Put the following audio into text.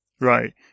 Right